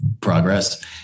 progress